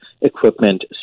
equipment